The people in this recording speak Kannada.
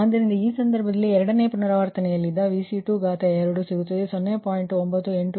ಆದ್ದರಿಂದ ಆ ಸಂದರ್ಭದಲ್ಲಿ ಎರಡನೇ ಪುನರಾವರ್ತನೆಯಲ್ಲಿ VC22 ಸಿಗುತ್ತದೆ 0